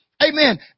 Amen